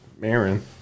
Marin